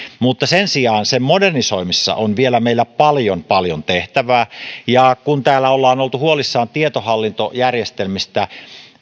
mutta sen sijaan sen modernisoinnissa meillä on vielä paljon paljon tehtävää ja kun täällä ollaan oltu huolissaan tietohallintojärjestelmistä